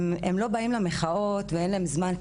הם לא באים למחאות כי אין להם זמן,